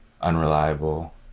unreliable